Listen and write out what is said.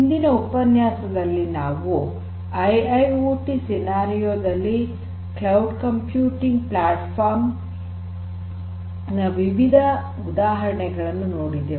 ಹಿಂದಿನ ಉಪನ್ಯಾಸದಲ್ಲಿ ನಾವು ಐಐಓಟಿ ಸನ್ನಿವೇಶದಲ್ಲಿ ಕ್ಲೌಡ್ ಕಂಪ್ಯೂಟಿಂಗ್ ಪ್ಲಾಟ್ಫಾರ್ಮ್ ನ ವಿವಿಧ ಉದಾಹರಣೆಗಳನ್ನು ನೋಡಿದೆವು